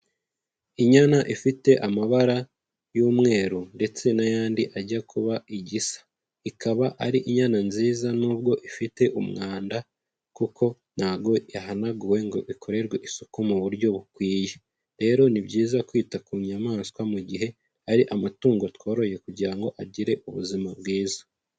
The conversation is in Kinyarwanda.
Inyana ifite amabara y'umweru ndetse n'ayandi ajya kuba igisa ikaba ari inyana nziza nubwo ifite umwanda kuko ntago yahanaguwe ngo ikorerwe isuku mu buryo bukwiye, rero ni byiza kwita ku nyamaswa mu gihe ari amatungo tworoye kugira ngo agire ubuzima bwiza.